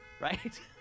right